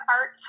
art